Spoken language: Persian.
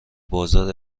بازار